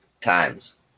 times